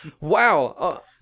Wow